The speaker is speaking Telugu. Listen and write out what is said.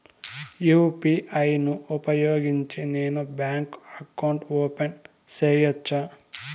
యు.పి.ఐ ను ఉపయోగించి నేను బ్యాంకు అకౌంట్ ఓపెన్ సేయొచ్చా?